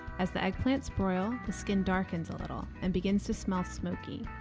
as the eggplants broil, the skin darkens a little and begins to smell smoky,